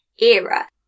era